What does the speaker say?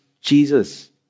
Jesus